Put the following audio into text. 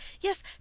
Yes